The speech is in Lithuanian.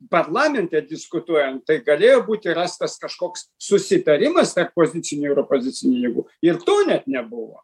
parlamente diskutuojant tai galėjo būti rastas kažkoks susitarimas taip pozicinių opozicinių jėgų ir to net nebuvo